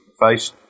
face